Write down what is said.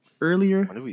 earlier